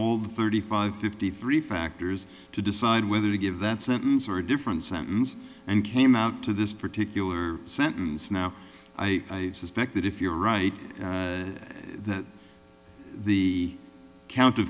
all the thirty five fifty three factors to decide whether to give that sentence or a different sentence and came out to this particular sentence now i suspect that if you're right that the count